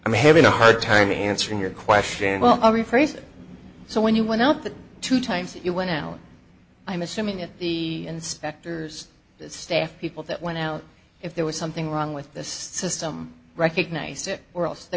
i mean having a hard time answering your question well i'll rephrase it so when you went out the two times you went out i'm assuming that the inspectors the staff people that went out if there was something wrong with the system recognize it or else they